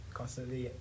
constantly